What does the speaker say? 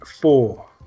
four